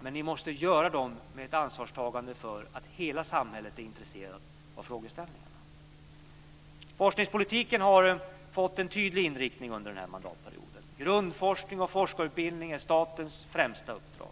men ni måste göra dem med ett ansvarstagande så att hela samhället blir intresserat av frågeställningarna. Forskningspolitiken har fått en tydlig inriktning under den här mandatperioden. Grundforskning och forskarutbildning är statens främsta uppdrag.